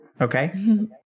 Okay